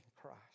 Christ